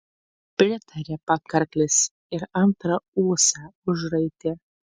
pritarė pakarklis ir antrą ūsą užraitė